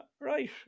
Right